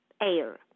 air